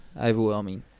overwhelming